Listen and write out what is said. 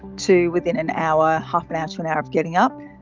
to within an hour, half an hour to an hour of getting up,